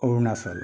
Arunachal